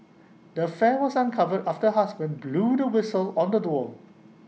the affair was uncovered after her husband blew the whistle on the duo